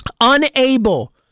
unable